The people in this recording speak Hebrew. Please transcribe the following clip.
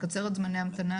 מקצר את זמני ההמתנה,